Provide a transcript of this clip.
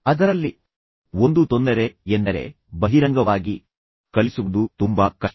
ಅದರಲ್ಲಿ ಒಂದು ತೊಂದರೆ ಎಂದರೆ ಬಹಿರಂಗವಾಗಿ ಕಲಿಸುವುದು ತುಂಬಾ ಕಷ್ಟ